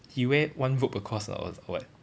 he wear one rope across or or what